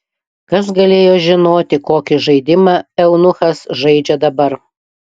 kas galėjo žinoti kokį žaidimą eunuchas žaidžia dabar